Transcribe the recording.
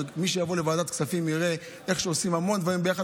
ומי שיבוא לוועדת הכספים יראה איך עושים המון דברים ביחד.